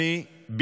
אל תפריעו להם.